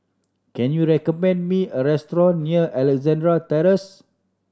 can you recommend me a restaurant near Alexandra Terrace